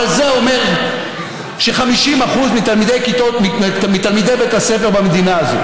אבל זה אומר ש-50% מתלמידי בית הספר במדינה הזאת